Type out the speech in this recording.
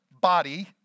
body